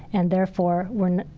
and therefore were,